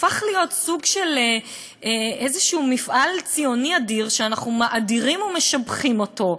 הפך להיות סוג של איזשהו מפעל ציוני אדיר שאנחנו מאדירים ומשבחים אותו,